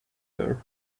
her